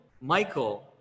Michael